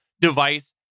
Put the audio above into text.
device